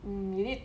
mm you need